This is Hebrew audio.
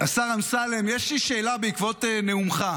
השר אמסלם, יש לי שאלה בעקבות נאומך.